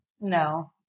No